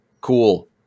Cool